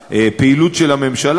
משהו יותר מהפעילות של הממשלה.